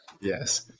yes